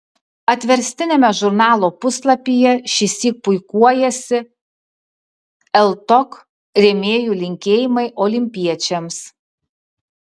atverstiniame žurnalo puslapyje šįsyk puikuojasi ltok rėmėjų linkėjimai olimpiečiams